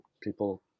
people